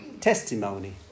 testimony